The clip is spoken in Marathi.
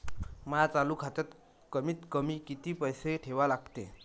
माया चालू खात्यात कमीत कमी किती पैसे ठेवा लागते?